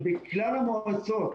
בכלל המועצות